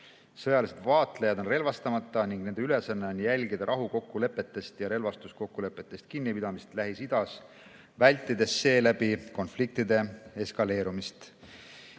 Sõjalised vaatlejad on relvastamata ning nende ülesanne on jälgida rahukokkulepetest ja relvastuskokkulepetest kinnipidamist Lähis-Idas, vältides seeläbi konfliktide eskaleerumist.